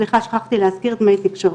סליחה, שכחתי להזכיר, דמי תקשורת.